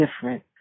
different